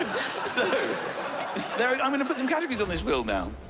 so i'm going to put some categories on this wheel now.